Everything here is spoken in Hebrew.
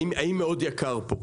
האם מאוד יקר פה.